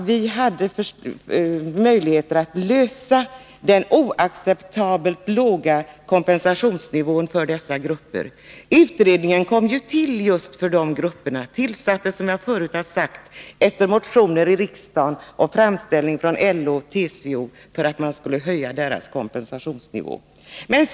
Vi hade möjlighet att lösa den oacceptabelt låga kompensationsnivån för dessa grupper. Utredningen kom ju till just för dessa grupper — den tillsattes, som jag tidigare har sagt, efter motioner i riksdagen och en framställning från LO och TCO för att man skulle höja deras kompensationsnivå.